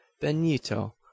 benito